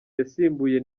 yasimbuye